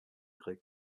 direct